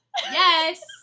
yes